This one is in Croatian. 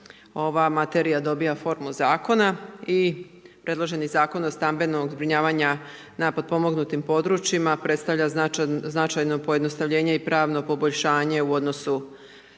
ova materija dobiva formu zakona i predloženi Zakon o stambenog zbrinjavanja na potpomognutim područjima predstavlja značajno pojednostavljenje i pravno poboljšanje u odnosu